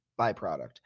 byproduct